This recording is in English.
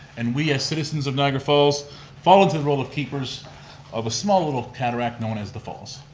and we as citizens of niagara falls fall in to the role of keepers of a small little cataract known as the falls.